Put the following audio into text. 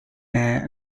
air